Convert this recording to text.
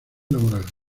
laboral